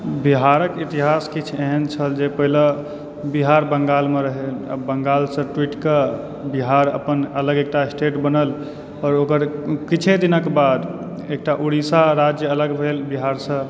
बिहारके इतिहास किछु एहन छल जे पहिले बिहार बङ्गालमे रहए अब बंगालसंँ टूटिकेंँ बिहार अपन अलग एकटा स्टेट बनल आओर ओकर किछु दिनके बाद एकटा उड़ीसा राज्य अलग भेल बिहारसंँ